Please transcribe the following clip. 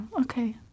okay